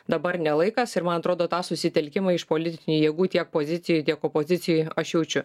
dabar ne laikas ir man atrodo tą susitelkimą iš politinių jėgų tiek pozicijoj tiek opozicijoj aš jaučiu